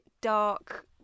dark